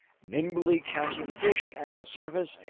nimbly catching fish at the surface,